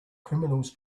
criminals